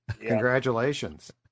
Congratulations